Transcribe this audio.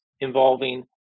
involving